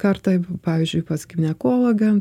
kartą pavyzdžiui pas ginekologę